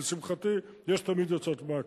לשמחתי יש תמיד יוצאות מהכלל.